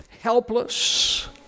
helpless